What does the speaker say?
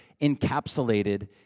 encapsulated